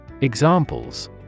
Examples